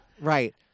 Right